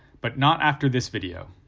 but not after this video.